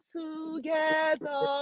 together